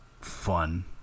fun